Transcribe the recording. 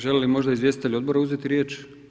Želi li možda izvjestitelj odbora uzeti riječ?